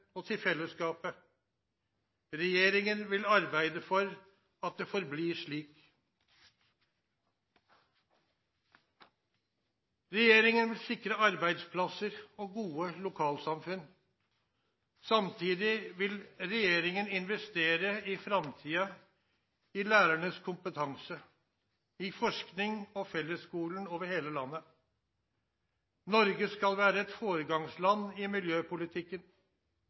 og til fellesskapet. Regjeringen vil arbeide for at det forblir slik. Regjeringen vil sikre arbeidsplasser og gode lokalsamfunn. Samtidig vil regjeringen investere i framtiden, i lærernes kompetanse, i forskning og i fellesskolen over hele landet. Norge skal være et foregangsland i miljøpolitikken.